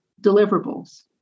deliverables